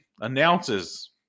announces